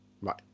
right